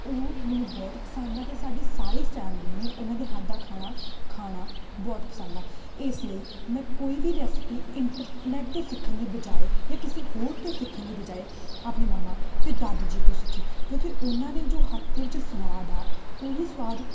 ਉਹ ਮੈਨੂੰ ਬਹੁਤ ਪਸੰਦ ਆ ਅਤੇ ਸਾਡੀ ਸਾਰੀ ਫੈਮਿਲੀ ਨੂੰ ਹੀ ਉਹਨਾਂ ਦੇ ਹੱਥ ਦਾ ਖਾਣਾ ਖਾਣਾ ਬਹੁਤ ਪਸੰਦ ਆ ਇਸ ਲਈ ਮੈਂ ਕੋਈ ਵੀ ਰੈਸਪੀ ਇੰਟਰਨੈਟ ਤੋਂ ਸਿੱਖਣ ਦੀ ਬਜਾਏ ਜਾਂ ਕਿਸੇ ਹੋਰ ਤੋਂ ਸਿੱਖਣ ਦੀ ਬਜਾਏ ਆਪਣੀ ਮੰਮਾ ਅਤੇ ਦਾਦੀ ਜੀ ਤੋਂ ਸਿੱਖੀ ਕਿਉਂਕਿ ਉਹਨਾਂ ਦੇ ਜੋ ਹੱਥ ਦੇ ਵਿੱਚ ਸਵਾਦ ਆ ਉਹੀ ਸਵਾਦ